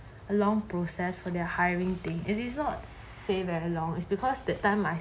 a long process for their hiring thing it is not say very long is because that time I